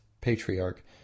patriarch